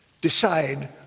Decide